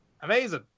amazing